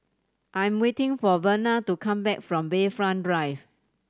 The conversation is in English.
I'm waiting for Verna to come back from Bayfront Drive